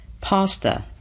pasta